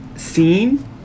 scene